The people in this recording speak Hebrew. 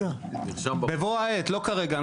בבוא העת, לא כרגע.